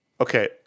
Okay